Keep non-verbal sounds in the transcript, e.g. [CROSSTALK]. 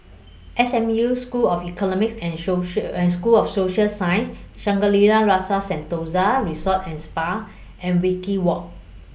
S M U School of Economics and [UNINTELLIGIBLE] and School of Social Sciences Shangri La's Rasa Sentosa Resort and Spa and Wajek Walk